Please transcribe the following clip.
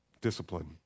discipline